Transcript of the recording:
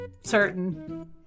certain